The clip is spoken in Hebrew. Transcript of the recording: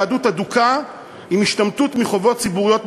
יהדות אדוקה עם השתמטות מחובות ציבוריות משמעותיות,